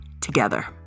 together